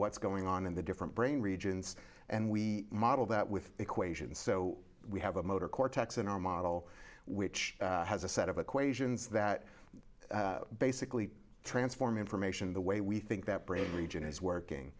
what's going on in the different brain regions and we model that with equations so we have a motor cortex in our model which has a set of equations that basically transform information the way we think that brain region is working